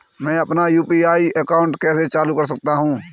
मैं अपना UPI account कैसे चालू कर सकता हूँ?